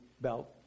belt